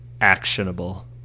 Actionable